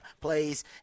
plays